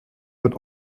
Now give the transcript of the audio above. mit